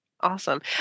Awesome